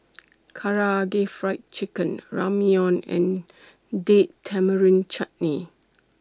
Karaage Fried Chicken Ramyeon and Date Tamarind Chutney